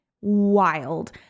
wild